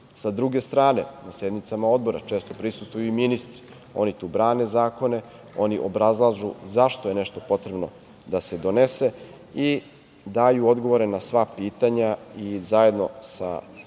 druge strane, na sednicama odbora često prisustvuju i ministri. Oni tu brane zakone, oni obrazlažu zašto je nešto potrebno da se donese i daju odgovore na sva pitanja i zajedno sa